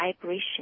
vibration